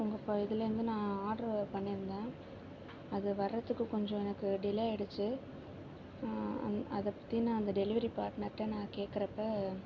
உங்கள் ப இதிலேருந்து நான் ஆர்டர் பண்ணிருந்தேன் அது வரத்துக்கு கொஞ்சம் எனக்கு டிலே ஆயிடுச்சு அதை பற்றி நான் அந்த டெலிவரி பாட்னர்ட்ட கேட்கிறப்போ